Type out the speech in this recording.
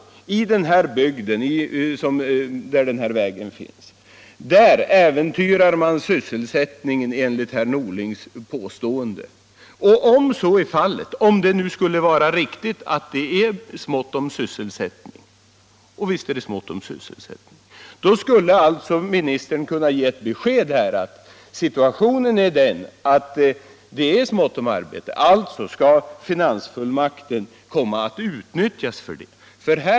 I den bygd där denna väg finns äventyras alltså sysselsättningen, enligt herr Norlings påstående. Om så är fallet — och visst är det ont om sysselsättning —- borde kommunikationsministern kunna ge beskedet att finansfullmakten skall utnyttjas.